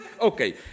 okay